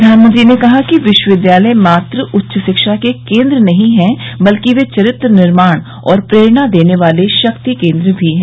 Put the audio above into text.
प्रधानमंत्री ने कहा कि विश्वविद्यालय मात्र उच्च शिक्षा के केन्द्र नहीं हैं बल्कि वे चरित्र निर्माण और प्रेरणा देने वाले शक्ति केन्द्र भी हैं